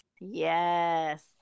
yes